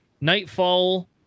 nightfall